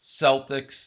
Celtics